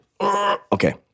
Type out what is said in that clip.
Okay